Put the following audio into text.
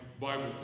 Bible